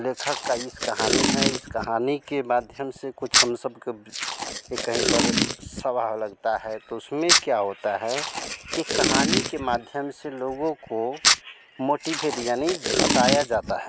लेखक की इस कहानी है इस कहानी के माध्यम से कुछ हम सब को एक कहीं पर लगता है तो उसमें क्या होता है कि कहानी के माध्यम से लोगों को मोटीभेट यानी बताया जाता है